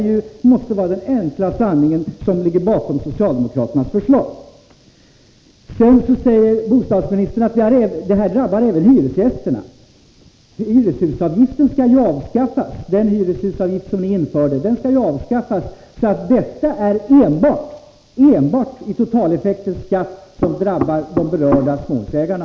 Det måste vara den enkla sanning som ligger bakom socialdemokraternas förslag. Bostadsministern säger att detta drabbar även hyresgäster. Men hyreshusavgiften — som ni införde — skall ju avskaffas. När det gäller den totala effekten på skatten drabbas alltså enbart de berörda småhusägarna.